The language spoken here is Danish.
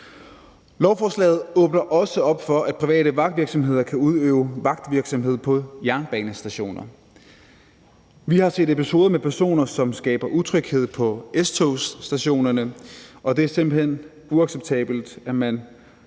Lovforslaget åbner også op for, at private vagtvirksomheder kan udøve vagtvirksomhed på jernbanestationer. Vi har set episoder med personer, som skaber utryghed på S-togsstationerne, og det er simpelt hen uacceptabelt, at man